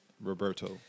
Roberto